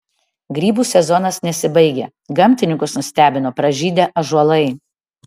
grybų sezonas nesibaigia gamtininkus nustebino pražydę ąžuolai